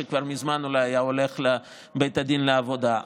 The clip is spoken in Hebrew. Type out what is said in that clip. שכבר מזמן אולי היה הולך לבית הדין לעבודה.